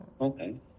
Okay